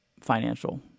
financial